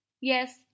Yes